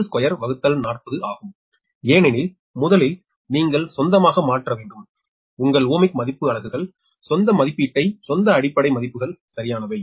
2240 ஆகும் ஏனெனில் முதலில் நீங்கள் சொந்தமாக மாற்ற வேண்டும் உங்கள் ஓமிக் மதிப்பு அலகுகள் சொந்த மதிப்பீட்டை சொந்த அடிப்படை மதிப்புகள் சரியானவை